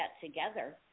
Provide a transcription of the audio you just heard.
together